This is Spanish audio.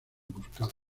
buscado